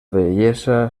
vellesa